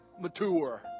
mature